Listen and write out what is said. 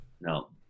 No